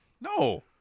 No